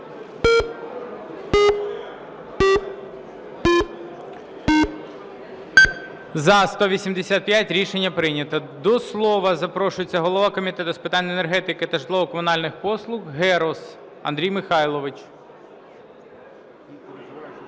За-185 Рішення прийнято. До слова запрошується голова Комітету з питань енергетики та житлово-комунальних послуг Герус Андрій Михайлович.